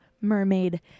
mermaid